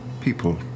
people